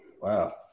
Wow